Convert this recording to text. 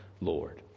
lord